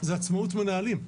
היא עצמאות מנהלים.